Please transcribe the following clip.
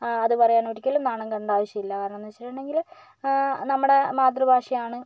അത് പറയാൻ ഒരിക്കലും നാണംകെടേണ്ട ആവശ്യമില്ല കാരണമെന്തെന്ന് വെച്ചിട്ടുണ്ടെങ്കിൽ നമ്മുടെ മാതൃഭാഷയാണ്